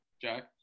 Jack